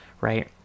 right